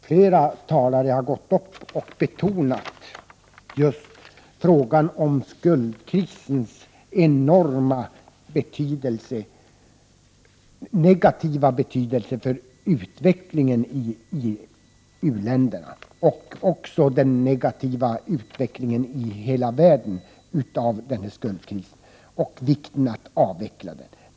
Flera talare har betonat skuldkrisens enormt stora negativa betydelse för utvecklingen i u-länderna och även för utvecklingen i hela världen liksom också vikten av att avveckla skuldkrisen.